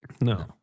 No